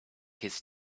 his